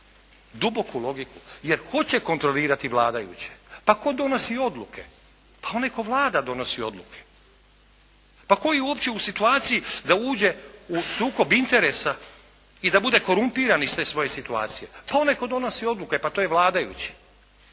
duboku logiku. Jer tko će kontrolirati vladajuće? Pa tko donosi odluke. Pa onaj tko vlada donosi odluke. Pa tko je uopće u situaciji da uđe u sukob interesa i da bude korumpiran iz svoje situacije? Pa onaj tko donosi odluke, pa to je vladajući.